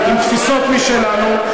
באנו עם תפיסות משלנו,